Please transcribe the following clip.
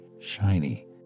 shiny